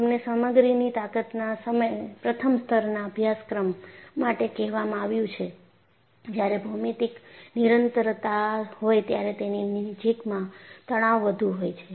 તમને સામગ્રીની તાકતના પ્રથમ સ્તરના અભ્યાસક્રમ માટે કહેવામાં આવ્યું છે જ્યારે ભૌમિતિક નિરંતરતા હોય ત્યારે તેની નજીકમાં તણાવ વધુ હોય છે